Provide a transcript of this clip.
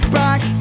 back